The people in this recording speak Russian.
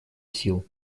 сил